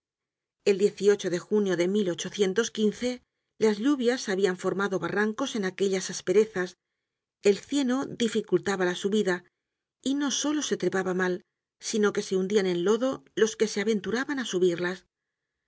el de junio de las lluvias habian formado barrancos en aquellas asperezas el cieno dificultaba la subida y no solo se trepaba mal sino que se hundian en lodo los que se aventuraban á subirlas